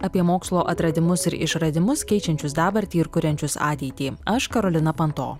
apie mokslo atradimus ir išradimus keičiančius dabartį ir kuriančius ateitį aš karolina panto